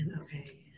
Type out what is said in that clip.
Okay